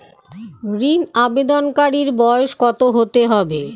ঋন আবেদনকারী বয়স কত হতে হবে?